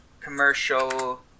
commercial